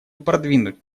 продвинуть